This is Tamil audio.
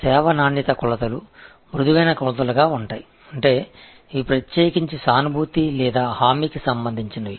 எனவே சர்வீஸ் க்வாலிடி நடவடிக்கைகள் மென்மையான நடவடிக்கைகளாக இருக்கும் அதாவது இவை குறிப்பாக எம்பதி அல்லது அஷூரென்ஸ் உடன் தொடர்புடையவை